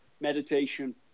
meditation